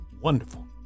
Wonderful